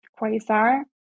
Quasar